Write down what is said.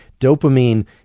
Dopamine